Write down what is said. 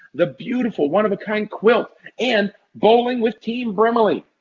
the beautiful one of a kind quilt and bowling with team bremily.